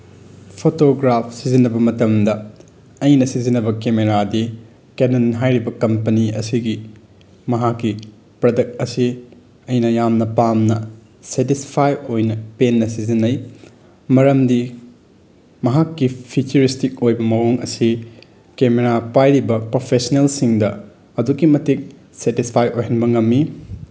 photograph ꯁꯤꯖꯤꯟꯅꯕ ꯃꯇꯝꯗ ꯑꯩꯅ ꯁꯤꯖꯤꯟꯅꯕ ꯀꯦꯃꯦꯔꯥꯗꯤ ꯀꯦꯅꯟ ꯍꯥꯏꯔꯤꯕ ꯀꯝꯄꯅꯤ ꯑꯁꯤꯒꯤ ꯃꯍꯥꯛꯀꯤ ꯄ꯭ꯔꯗꯛ ꯑꯁꯤ ꯑꯩꯅ ꯌꯥꯝꯅ ꯄꯥꯝꯅ ꯁꯦꯇꯤꯁꯐꯥꯏ ꯑꯣꯏꯅ ꯄꯦꯟꯅ ꯁꯤꯖꯤꯟꯅꯩ ꯃꯔꯝꯗꯤ ꯃꯍꯥꯛꯀꯤ ꯐꯤꯆꯔꯤꯁꯇꯤꯛ ꯑꯣꯏꯕ ꯃꯑꯣꯡ ꯑꯁꯤ ꯀꯦꯃꯦꯔꯥ ꯄꯥꯏꯔꯤꯕ ꯄ꯭ꯔꯣꯐꯦꯁꯅꯦꯜꯁꯤꯡꯗ ꯑꯗꯨꯛꯀꯤ ꯃꯇꯤꯛ ꯁꯦꯇꯤꯁꯐꯥꯏ ꯑꯣꯏꯍꯟꯕ ꯉꯝꯃꯤ